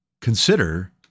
consider